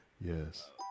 yes